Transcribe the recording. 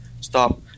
stop